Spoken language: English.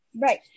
Right